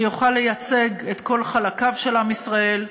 שיוכל לייצג את כל חלקיו של עם ישראל,